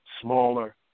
smaller